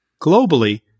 Globally